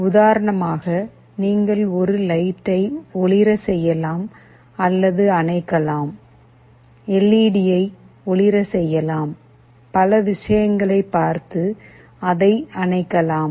உதாரணமாக நீங்கள் ஒரு லைட்யை ஒளிரச் செய்யலாம் அல்லது அணைக்கலாம் எல் ஈ டி யை ஒளிர செய்யலாம் பல விஷயங்களை பார்த்து அதை அணைக்கலாம்